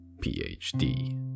Ph.D